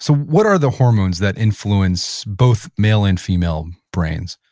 so what are the hormones that influence both male and female um brains?